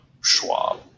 Schwab